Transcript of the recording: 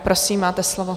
Prosím, máte slovo.